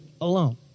alone